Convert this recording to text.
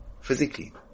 physically